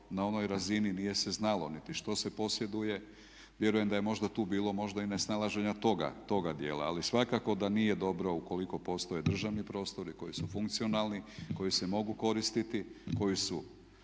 na onoj razini, nije se znalo niti što se posjeduje, vjerujem da je možda tu bilo možda i nesnalaženja toga dijela. Ali svakako da nije dobro ukoliko postoje državni prostori koji su funkcionalni, koji se mogu koristiti i koji su